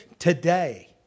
Today